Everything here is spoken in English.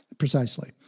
Precisely